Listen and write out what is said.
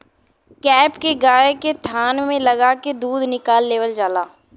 cap के गाय के थान में लगा के दूध निकाल लेवल जाला